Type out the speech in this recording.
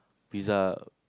pizza